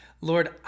Lord